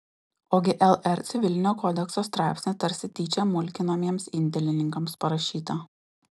ogi lr civilinio kodekso straipsnį tarsi tyčia mulkinamiems indėlininkams parašytą